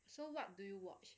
so what do you watch